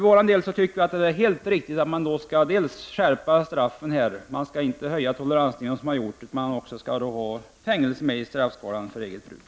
Vi tycker således att det är helt riktigt att dels skärpa straffen — men toleransnivån får inte höjas som tidigare skett — dels låta fängelse ingå i straffskalan för eget bruk.